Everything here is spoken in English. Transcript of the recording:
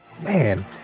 Man